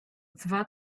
dwa